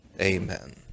amen